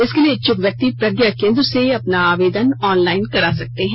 इसके लिए इच्छुक व्यक्ति प्रज्ञा केंद्र से अपना आवेदन ऑनलाइन करा सकते हैं